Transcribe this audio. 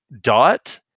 dot